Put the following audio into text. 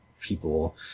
people